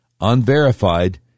unverified